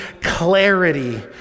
clarity